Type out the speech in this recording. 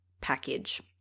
package